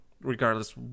regardless